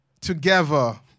together